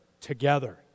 Together